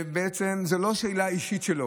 וזאת לא שאלה אישית שלו.